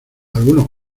algunos